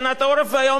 סיעת קדימה,